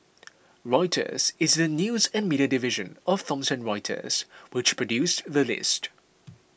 Reuters is the news and media division of Thomson Reuters which produced the list